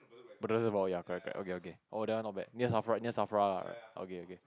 Bedok ya correct correct okay okay oh that one not bad near S_A_F_R_A near S_A_F_R_A lah okay okay